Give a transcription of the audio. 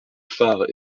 phare